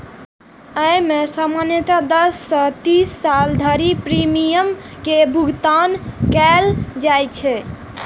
अय मे सामान्यतः दस सं तीस साल धरि प्रीमियम के भुगतान कैल जाइ छै